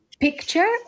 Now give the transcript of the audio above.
picture